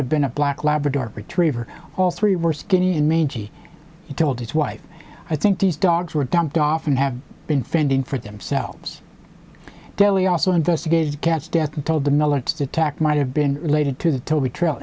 have been a black labrador retriever all three were skinny and mangy he told his wife i think these dogs were dumped off and have been fending for themselves daily also investigated cats death told the militant attack might have been related to the toby trail